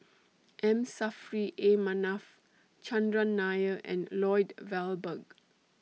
M Saffri A Manaf Chandran Nair and Lloyd Valberg